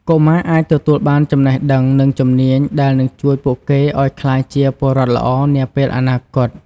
កុមារអាចទទួលបានចំណេះដឹង និងជំនាញដែលនឹងជួយពួកគេឱ្យក្លាយជាពលរដ្ឋល្អនាពេលអនាគត។